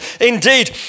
Indeed